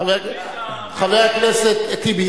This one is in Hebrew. חבר הכנסת טיבי,